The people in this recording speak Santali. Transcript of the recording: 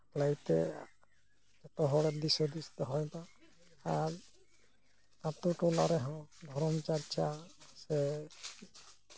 ᱞᱟᱹᱭ ᱛᱮ ᱡᱚᱛᱚ ᱦᱚᱲ ᱫᱤᱥᱦᱩᱫᱤᱥ ᱫᱚᱦᱚᱭ ᱢᱟ ᱟᱨ ᱟᱹᱛᱩ ᱴᱚᱞᱟ ᱨᱮᱦᱚᱸ ᱫᱷᱚᱨᱚᱢ ᱪᱟᱨᱪᱟ ᱥᱮ